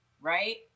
right